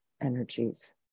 energies